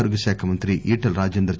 ఆరోగ్య శాఖ మంత్రి ఈటెల రాజేందర్